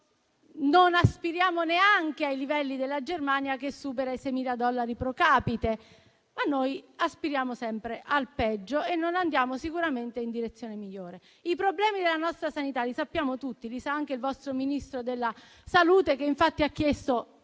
Non aspiriamo certamente ai livelli della Germania, che supera i 6.000 dollari *pro capite*. Noi aspiriamo sempre al peggio e non andiamo sicuramente verso una direzione migliore. I problemi della nostra sanità li conosciamo tutti. Li conosce anche il vostro Ministro della salute. Infatti, ha chiesto